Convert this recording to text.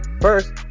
First